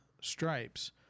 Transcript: stripes